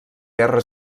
guerra